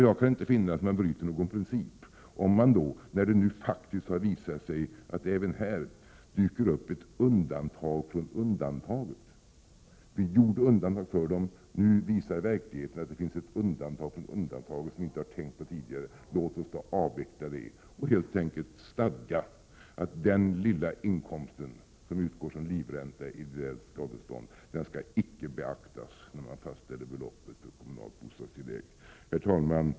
Jag kan inte finna att man bryter mot någon princip, när det nu faktiskt har visat sig att det även här dyker upp ett undantag från undantaget. Vi gjorde undantag för dem. Nu visar verkligheten att det finns ett undantag från undantaget som vi tidigare inte har tänkt på. Låt oss därför avveckla detta genom att helt enkelt stadga att den lilla inkomst som utgår som livränta eller ideellt skadestånd icke skall beaktas när beloppet för kommunalt bostadstillägg fastställs. Herr talman!